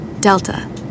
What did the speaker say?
Delta